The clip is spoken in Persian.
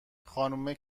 خانومه